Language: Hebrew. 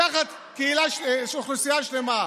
לקחת אוכלוסייה שלמה.